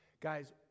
Guys